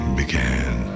began